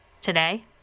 today